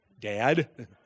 Dad